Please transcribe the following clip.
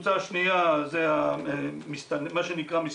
קבוצה שנייה זה מה שנקרא,